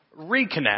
reconnect